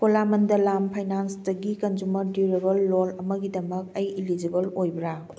ꯀꯣꯂꯥꯃꯟꯗꯂꯥꯝ ꯐꯥꯏꯅꯥꯟꯁꯇꯒꯤ consumer durable loan ꯑꯃꯒꯤꯗꯃꯛ ꯑꯩ ꯏꯂꯤꯖꯤꯕꯜ ꯑꯣꯏꯕ꯭ꯔꯥ